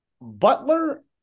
butler